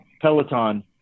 Peloton